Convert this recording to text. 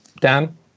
Dan